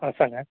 होय सांगात